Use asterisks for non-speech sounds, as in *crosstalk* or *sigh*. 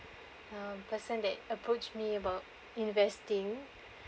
um person that approached me about investing *breath*